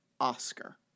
Oscar